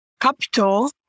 Capital